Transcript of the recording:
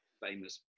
famous